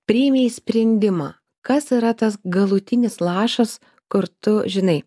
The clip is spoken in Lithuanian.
priėmei sprendimą kas yra tas galutinis lašas kur tu žinai